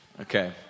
okay